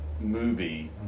movie